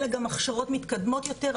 אלא גם הכשרות מתקדמות יותר,